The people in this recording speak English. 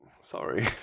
Sorry